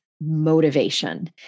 motivation